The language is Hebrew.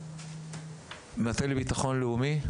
המטה לבטחון לאומי,